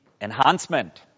enhancement